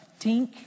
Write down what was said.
tink